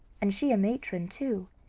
and she a matron too,